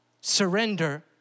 surrender